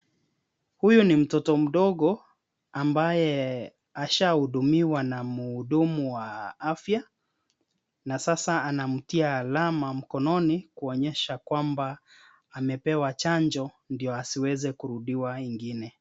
Huyu ni mtoto mdogo ambaye ashahudumiwa na mhudumu wa afya na sasa anamtia alama mkononi kuonyesha kwamba amepewa chanjo ndio asiweze kurudiwa ingine.